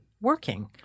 working